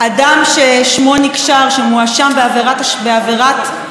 שמואשם בעבירת טוהר המידות החמורה ביותר,